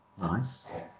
nice